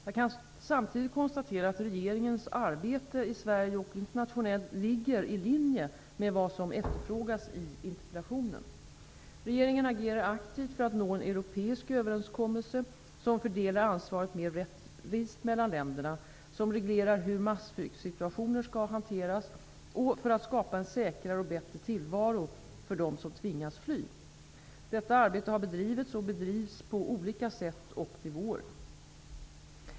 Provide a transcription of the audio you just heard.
Jag kan samtidigt konstatera att regeringens arbete i Sverige och internationellt ligger i linje med vad som efterfrågas i interpellationen. Regeringen agerar aktivt för att nå en europeisk överenskommelse, som fördelar ansvaret mer rättvist mellan länderna, som reglerar hur massflyktssituationen skall hanteras och för att skapa en säkrare och bättre tillvaro för dem som tvingas fly. Detta arbete har bedrivits och bedrivs på olika sätt och nivåer.